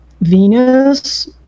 venus